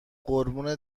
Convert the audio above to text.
قربون